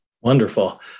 Wonderful